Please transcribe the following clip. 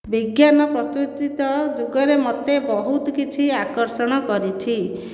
ବିଜ୍ଞାନ ପ୍ରସ୍ତୁତି ତ ଯୁଗରେ ମୋତେ ବହୁତ କିଛି ଆକର୍ଷଣ କରିଛି